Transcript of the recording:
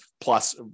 plus